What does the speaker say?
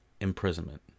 imprisonment